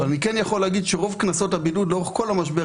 אבל אני יכול להגיד שרוב קנסות הבידוד לאורך כל המשבר,